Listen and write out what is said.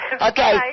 Okay